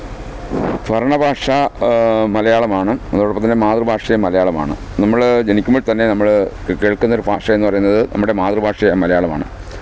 ഭരണ ഭാഷ മലയാളമാണ് അതോടൊപ്പം തന്നെ മാതൃഭാഷയും മലയാളമാണ് നമ്മൾ ജനിക്കുമ്പോള് തന്നെ നമ്മൾ കേള്ക്കുന്ന ഒരു ഭാഷയെന്ന് പറയുന്നത് നമ്മുടെ മാതൃഭാഷയായ മലയാളമാണ്